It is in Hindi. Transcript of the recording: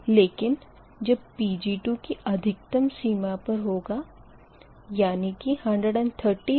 लेकिन जब यह Pg2 की अधिकतम सीमा पर होगा यानी कि 130 MW